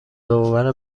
باور